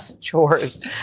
chores